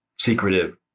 secretive